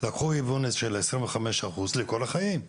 לקחו היוון של 25% לכל החיים.